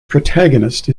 protagonist